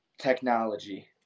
technology